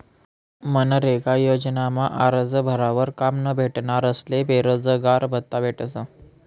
मनरेगा योजनामा आरजं भरावर काम न भेटनारस्ले बेरोजगारभत्त्ता भेटस